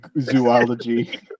zoology